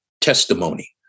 testimony